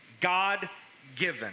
God-given